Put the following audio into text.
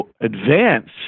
advance